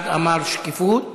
אחד אמר שקיפות,